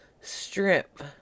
strip